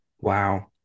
Wow